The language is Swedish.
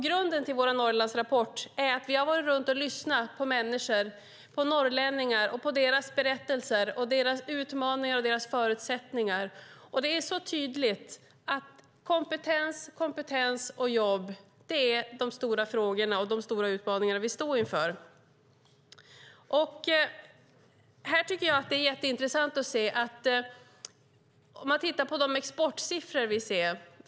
Grunden till vår Norrlandsrapport är att vi har varit runt och lyssnat på människor, på norrlänningar, på deras berättelser, deras utmaningar och förutsättningar. Det är tydligt att kompetens och jobb är de stora frågor och utmaningar som vi står inför. Det är jätteintressant att se på exportsiffrorna.